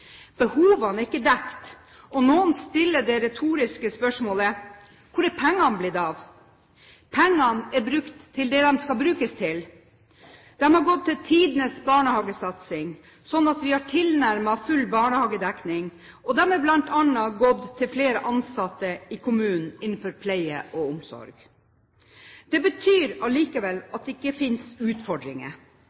Behovene er ikke dekket, og noen stiller det retoriske spørsmålet: Hvor er pengene blitt av? Pengene er brukt til det de skal brukes til. De har gått til tidenes barnehagesatsing slik at vi har tilnærmet full barnehagedekning, og de er bl.a. gått til flere ansatte i kommunene innenfor pleie og omsorg. Dette betyr allikevel ikke at det ikke finnes utfordringer.